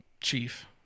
chief